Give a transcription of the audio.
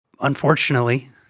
Unfortunately